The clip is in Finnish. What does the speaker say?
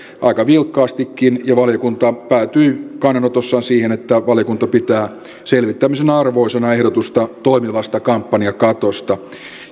aika vilkkaastikin ja valiokunta päätyi kannanotossaan siihen että valiokunta pitää selvittämisen arvoisena ehdotusta toimivasta kampanjakatosta